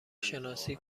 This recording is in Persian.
شناسی